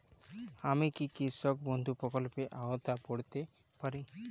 আমি কি কৃষক বন্ধু প্রকল্পের আওতায় পড়তে পারি?